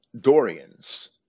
Dorians